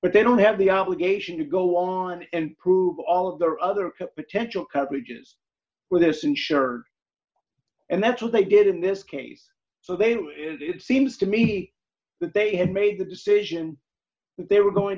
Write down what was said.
but they don't have the obligation to go on and prove all of their other potential coverages where this insured and that's what they did in this case so then it seems to me that they had made the decision that they were going